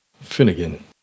Finnegan